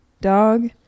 dog